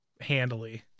handily